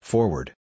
Forward